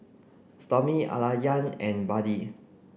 Stormy Alayna and Buddy